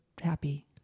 happy